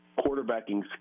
quarterbacking